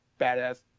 Badass